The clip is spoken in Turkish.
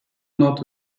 not